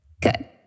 Good